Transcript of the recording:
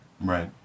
Right